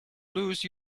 lose